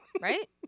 right